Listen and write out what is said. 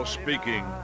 speaking